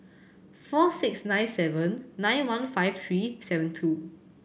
four six nine seven nine one five three seven two